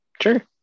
Sure